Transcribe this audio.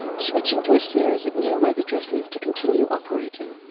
switching to a series of new web addresses to continue operating.